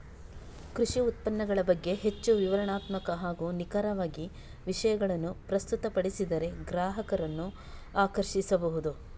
ಕೃಷಿ ಉತ್ಪನ್ನಗಳ ಬಗ್ಗೆ ಹೆಚ್ಚು ವಿವರಣಾತ್ಮಕ ಹಾಗೂ ನಿಖರವಾಗಿ ವಿಷಯಗಳನ್ನು ಪ್ರಸ್ತುತಪಡಿಸಿದರೆ ಗ್ರಾಹಕರನ್ನು ಆಕರ್ಷಿಸಬಹುದು